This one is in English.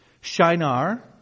Shinar